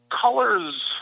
colors